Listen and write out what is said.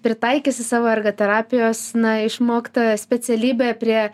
pritaikysi savo ergoterapijos na išmoktą specialybę prie